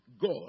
God